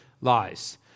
lies